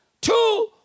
Two